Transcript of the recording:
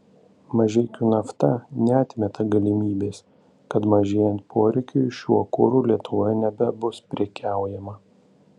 mažeikių nafta neatmeta galimybės kad mažėjant poreikiui šiuo kuru lietuvoje nebebus prekiaujama